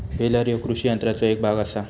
baler ह्यो कृषी यंत्राचो एक भाग आसा